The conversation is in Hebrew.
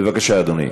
בבקשה, אדוני.